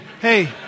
hey